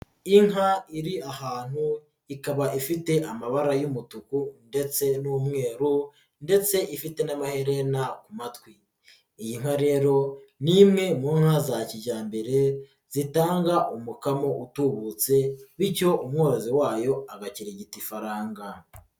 Inka iri ahantu ikaba ifite amabara y'umutuku ndetse n'umweru ndetse ifite n'amaherena ku matwi, iyi nka rero ni imwe mu nka za kijyambere zitanga umukamo utubutse, bityo umwozi wayo agakirigita ifaranga.